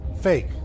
Fake